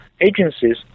agencies